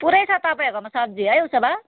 पुरै छ तपाईँहरूकोमा सब्जी है उसो भा